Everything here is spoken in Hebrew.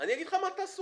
אני אגיד לך מה תעשו.